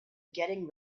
getting